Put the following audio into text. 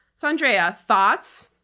so andrea, thoughts?